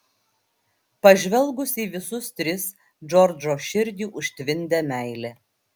pažvelgus į visus tris džordžo širdį užtvindė meilė